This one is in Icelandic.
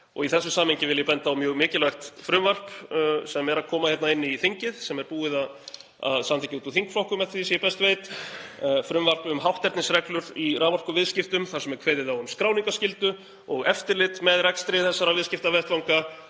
þessu samhengi vil ég benda á mjög mikilvægt frumvarp sem er að koma hingað inn í þingið, sem er búið að samþykkja út úr þingflokkum að því er ég best veit, frumvarp um hátternisreglur í raforkuviðskiptum þar sem er kveðið á um skráningarskyldu og eftirlit með rekstri þessara viðskiptavettvanga.